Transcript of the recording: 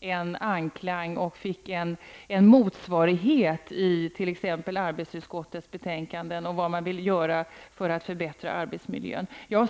en anklang och en motsvarighet i de av arbetsmarknadsutskottets betänkanden som handlar om att förbättra arbetsmiljön.